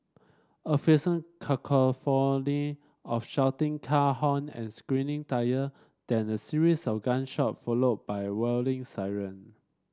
a fearsome cacophony of shouting car horn and screeching tyre then a series of gunshot followed by wailing siren